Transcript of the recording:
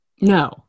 No